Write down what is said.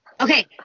Okay